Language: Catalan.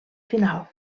final